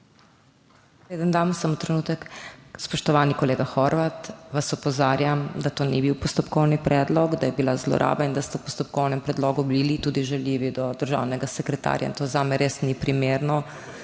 preden dam [besedo]. Spoštovani kolega Horvat, opozarjam vas, da to ni bil postopkovni predlog, da je bila zloraba in da ste v postopkovnem predlogu bili tudi žaljivi do državnega sekretarja. To zame res ni primerno,